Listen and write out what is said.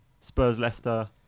Spurs-Leicester